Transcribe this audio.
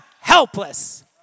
helpless